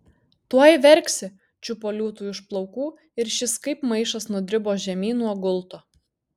tuoj verksi čiupo liūtui už plaukų ir šis kaip maišas nudribo žemyn nuo gulto